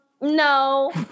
no